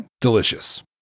delicious